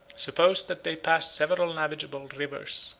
suppose that they passed several navigable rivers,